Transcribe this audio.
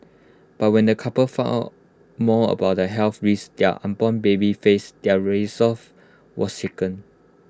but when the couple found out more about the health risks their unborn baby faced their resolve was shaken